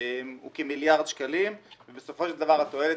הוא כמיליארד שקלים ובסופו של דבר התועלת